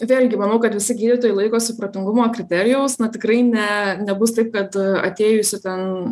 vėlgi manau kad visi gydytojai laikosi protingumo kriterijaus na tikrai ne nebus taip kad atėjusi ten